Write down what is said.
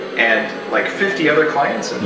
and like fifty other clients. and